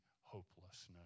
hopelessness